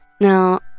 now